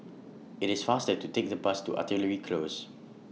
IT IS faster to Take The Bus to Artillery Close